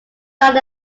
not